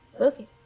Okay